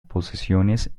posesiones